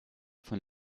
von